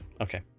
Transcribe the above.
okay